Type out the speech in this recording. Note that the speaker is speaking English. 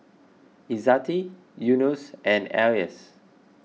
Izzati Yunos and Elyas